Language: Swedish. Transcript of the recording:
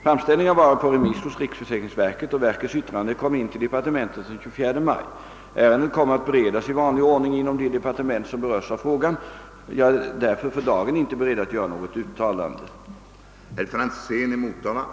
Framställningen har varit på remiss hos riksförsäkringsverket, och verkets yttrande kom in till departementet den 24 maj. Ärendet kommer att beredas i vanlig ordning inom de departement som berörs av frågan. Jag är för dagen inte beredd att göra något uttalande i frågan.